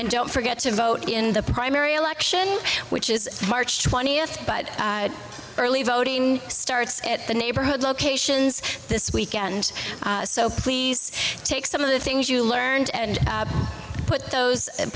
and don't forget to vote in the primary election which is march twentieth but early voting starts at the neighborhood locations this weekend so please take some of the things you learned and put those and